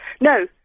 No